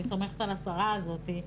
אני סומכת על השרה הזאת.